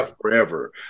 forever